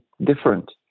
different